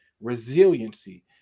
resiliency